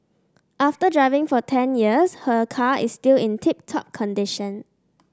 after driving for ten years her car is still in tip top condition